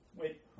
Wait